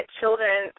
children